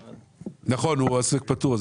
נכון, הוא עוסק פטור.